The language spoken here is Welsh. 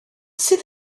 sydd